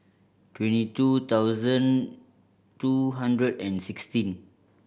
twenty two thousand two hundred and sixteen